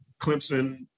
Clemson